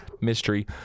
mystery